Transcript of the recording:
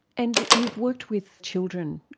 and you've worked with children,